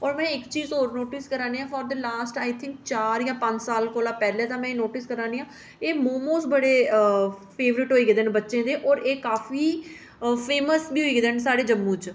और में इक चीज होर नोटिस करै निं आं for the last I think चार जां पंज साल पैह्लें दा तां एह् नोटिस करै निं आं एह् मोमोज़ बड़े फेवरेट होई गेदे न बच्चें दे और एह् काफी फेमस बी होई गेदे न साढ़े जम्मू च